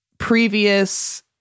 Previous